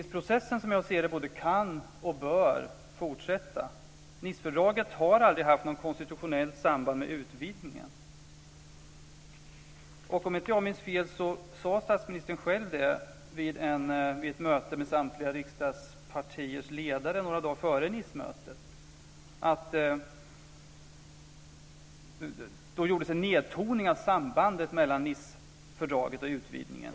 Som jag ser det både kan och bör utvidgningsprocessen fortsätta. Nicefördraget har aldrig haft något konstitutionellt samband med utvidgningen. Om jag inte minns fel gjorde statsministern själv, vid ett möte med samtliga riksdagspartiers ledare några dagar före Nicemötet, en nedtoning av sambandet mellan Nicefördraget och utvidgningen.